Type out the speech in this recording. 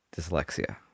dyslexia